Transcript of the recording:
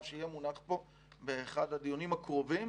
שיהיה מונח פה באחד הדיונים הקרובים,